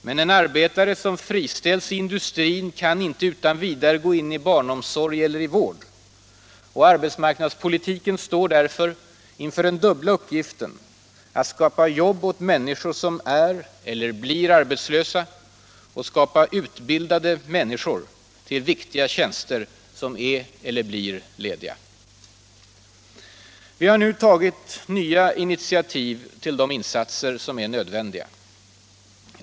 Men en arbetare som friställs i industrin kan inte utan vidare gå in i barnomsorg eller i vård. Arbetsmarknadspolitiken står därför inför den dubbla uppgiften att skapa jobb åt människor som är eller blir arbetslösa och att skaffa utbildade människor till viktiga tjänster som är eller blir lediga. Vi har nu tagit nya initiativ till de insatser som är nödvändiga.